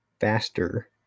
faster